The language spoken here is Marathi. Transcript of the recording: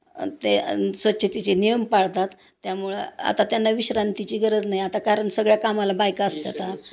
ते स्वच्छतेचे नियम पाळतात त्यामुळं आता त्यांना विश्रांतीची गरज नाही आता कारण सगळ्या कामाला बायका असतात